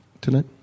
Tonight